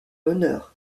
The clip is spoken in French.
honneur